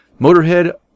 Motorhead